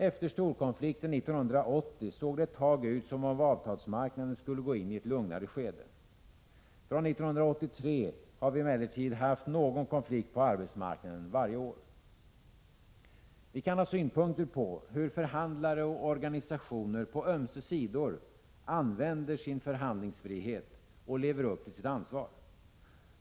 Efter storkonflikten 1980 såg det ett tag ut som om avtalsmarknaden skulle gå in i ett lugnare skede. Från 1983 har vi emellertid haft konflikt på arbetsmarknaden varje år. Vi kan ha synpunkter på hur förhandlare och organisationer på ömse sidor använder sin förhandlingsfrihet och lever upp till sitt ansvar.